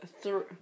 Three